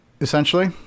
Essentially